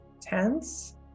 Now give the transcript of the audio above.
tense